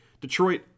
Detroit